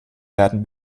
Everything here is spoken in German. werden